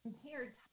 compared